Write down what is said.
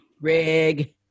Rig